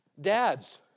Dads